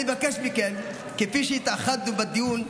אני מבקש מכם, כפי שהתאחדנו בדיון,